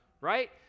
Right